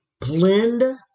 blend